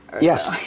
Yes